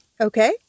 Okay